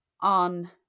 on